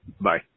Bye